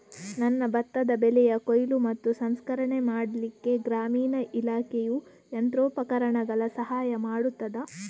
ನನ್ನ ಭತ್ತದ ಬೆಳೆಯ ಕೊಯ್ಲು ಮತ್ತು ಸಂಸ್ಕರಣೆ ಮಾಡಲಿಕ್ಕೆ ಗ್ರಾಮೀಣ ಇಲಾಖೆಯು ಯಂತ್ರೋಪಕರಣಗಳ ಸಹಾಯ ಮಾಡುತ್ತದಾ?